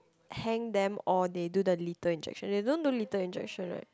hang them or they do the lethal injection they don't do lethal injection right